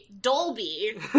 Dolby